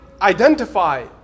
identify